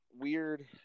weird